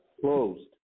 Closed